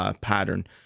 pattern